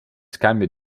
scambio